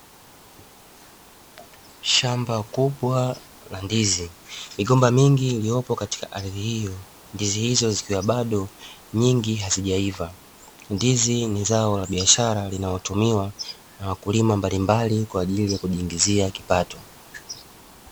Shamba kubwa la ndizi migomba mingi iliyopo katika ardhi hiyo, ndizi hizo zikiwa bado nyingi hazijaiva, ndizi ni zao la biashara linalotumiwa na wakulima mbalimbali kwa ajili ya kujiingizia kipato.